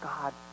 God